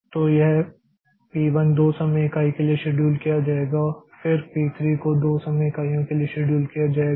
तो यह पी 1 2 समय इकाई के लिए शेड्यूल किया जाएगा फिर पी 3 को 2 समय इकाइयों के लिए शेड्यूल किया जाएगा